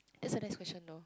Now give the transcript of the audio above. is the next question though